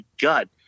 gut